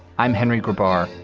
i'm henry goodbar.